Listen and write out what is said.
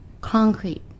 Concrete